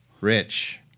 Rich